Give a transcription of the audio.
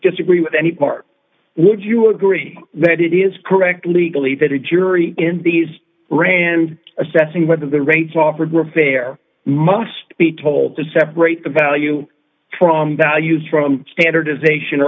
disagree with any part would you agree that it is correct legally that a jury in these brand assessing whether the rates offered were fair must be told to separate the value from values from standardization